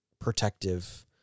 protective